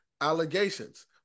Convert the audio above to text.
allegations